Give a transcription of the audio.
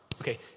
Okay